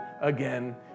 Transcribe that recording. again